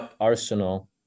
Arsenal